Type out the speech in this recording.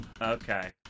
Okay